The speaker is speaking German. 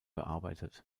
gearbeitet